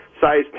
size